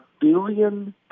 billion